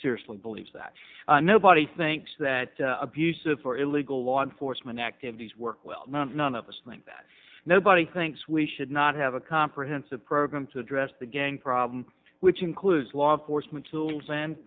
seriously believes that nobody thinks that abusive or illegal law enforcement activities work well none of us think that nobody thinks we should not have a comprehensive program to address the gang problem which includes law enforcement tools and